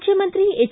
ಮುಖ್ಯಮಂತ್ರಿ ಹೆಚ್